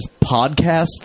podcast